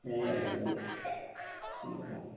ए हजुर हजुर हुन्छ हुन्छ